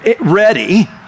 ready